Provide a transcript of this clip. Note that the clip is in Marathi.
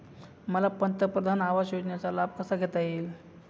मला पंतप्रधान आवास योजनेचा लाभ कसा घेता येईल?